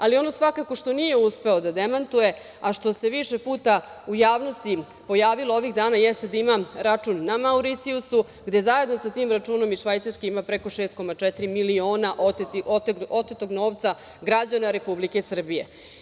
Ali, ono svakako što nije uspeo da demantuje, a što se više puta u javnosti pojavilo ovih dana jeste, da ima račun na Mauricijusu, gde zajedno sa tim računom iz Švajcarske ima preko 6,4 miliona otetog novca građana Republike Srbije.